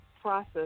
process